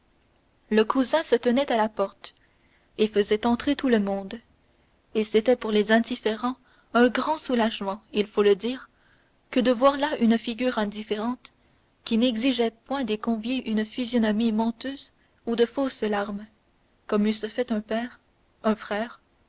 le cousin se tenait à la porte et faisait entrer tout le monde et c'était pour les indifférents un grand soulagement il faut le dire que de voir là une figure indifférente qui n'exigeait point des conviés une physionomie menteuse ou de fausses larmes comme eussent fait un père un frère